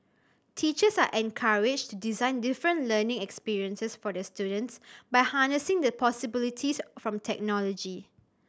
teachers are encouraged design different learning experiences for their students by harnessing the possibilities from technology